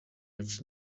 baca